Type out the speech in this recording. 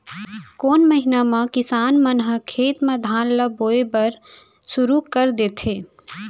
कोन महीना मा किसान मन ह खेत म धान ला बोये बर शुरू कर देथे?